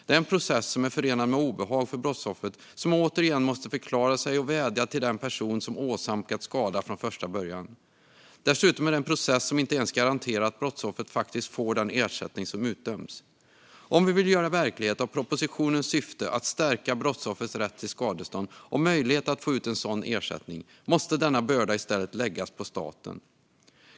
Det är en process som är förenad med obehag för brottsoffret, som återigen måste förklara sig och vädja till den person som åsamkat skada från första början. Dessutom är det en process som inte ens garanterar att brottsoffret faktiskt får den ersättning som utdömts. Om vi vill göra verklighet av propositionens syfte att stärka brottsoffers rätt till skadestånd och möjligheten att få ut sådan ersättning måste denna börda i stället läggas på staten.